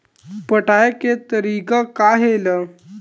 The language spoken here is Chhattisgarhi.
पटाय के तरीका का हे एला?